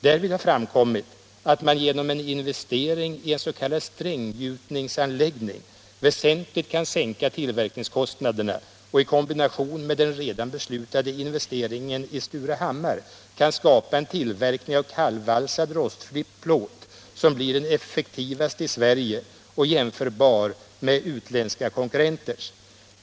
Därvid har framkommit att man genom en investering i en s.k. stränggjutningsanläggning väsentligt kan sänka tillverkningskostnaderna och i kombination med den redan beslutade investeringen i Surahammar skapa en tillverkning av kallvalsad rostfri plåt som blir den effektivaste i Sverige och jämförbar med utländska konkurrenters.